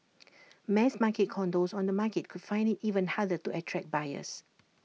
mass market condos on the market could find IT even harder to attract buyers